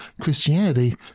Christianity